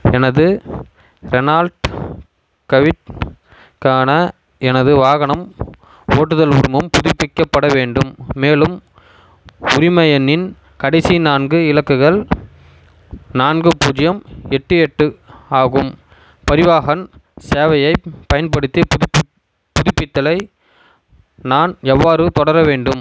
எனது ப்ரனால்த் கவிப்கான எனது வாகனம் ஓட்டுதல் உரிமம் புதுப்பிக்கப்பட வேண்டும் மேலும் உரிம எண்ணின் கடைசி நான்கு இலக்குகள் நான்கு பூஜ்யம் எட்டு எட்டு ஆகும் பரிவாஹன் சேவையை பயன்படுத்தி புதுப்பிப் புதுப்பித்தலை நான் எவ்வாறு தொடர வேண்டும்